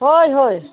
ꯍꯣꯏ ꯍꯣꯏ